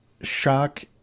shock